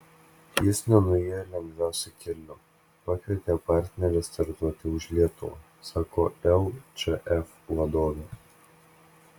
jis nenuėjo lengviausiu keliu pakvietė partnerę startuoti už lietuvą sako lčf vadovė